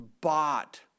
bought